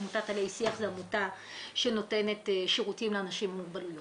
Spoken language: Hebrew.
עמותת 'עלי שיח' זו עמותה שנותנת שירותים לאנשים עם מוגבלויות